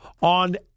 on